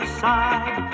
side